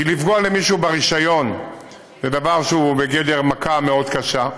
כי לפגוע למישהו ברישיון זה דבר שהוא בגדר מכה קשה מאוד.